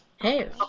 Hey